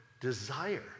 desire